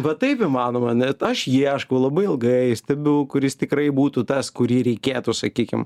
va taip įmanoma net aš ieškau labai ilgai stebiu kuris tikrai būtų tas kurį reikėtų sakykim